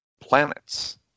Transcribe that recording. planets